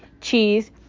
cheese